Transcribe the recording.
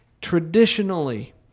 traditionally